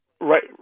Right